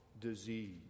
disease